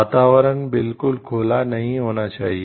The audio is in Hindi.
वातावरण बिल्कुल खुला नहीं होना चाहिए